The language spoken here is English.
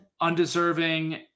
undeserving